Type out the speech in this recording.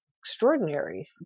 extraordinary